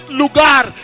lugar